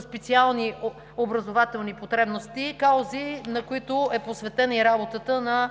специални образователни потребности, каузи, на които е посветена и работата на